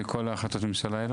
מכל ההחלטות ממשלה האלו?